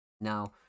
Now